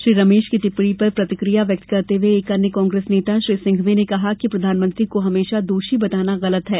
श्री रमेश की टिप्पणी पर प्रतिक्रिया व्यक्त करते हए एक अन्य कांग्रेस नेता श्री सिंघवी ने कहा कि प्रधानमंत्री को हमेशा दोषी बताना गलत है